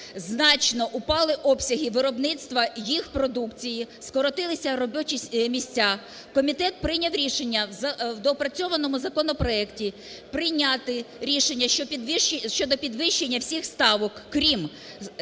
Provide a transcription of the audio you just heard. значно упали обсяги виробництва їх продукції, скоротилися робочі місця. Комітет прийняв рішення в доопрацьованому законопроекті прийняти рішення щодо підвищення всіх ставок, крім ставок